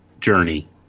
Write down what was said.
journey